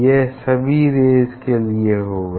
यह सभी रेज़ के लिए होगा